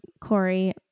Corey